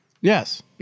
yes